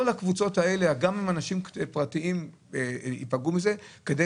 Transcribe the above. הקבוצות האלה גם אם אנשים פרטיים ייפגעו מזה כדי